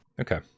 okay